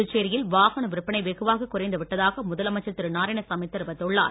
புதுச்சேரியில் வாகன விற்பனை வெகுவாக குறைந்து விட்டதாக முதலமைச்சர் திரு நாராயணசாமி தெரிவித்துள்ளார்